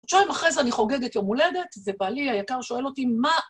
חודשיים אחרי זה אני חוגגת יום הולדת, ובעלי היקר שואל אותי מה...